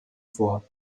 vor